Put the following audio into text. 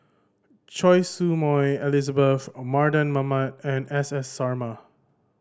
Choy Su Moi Elizabeth Mardan Mamat and S S Sarma